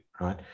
Right